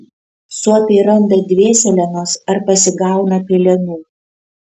suopiai randa dvėselienos ar pasigauna pelėnų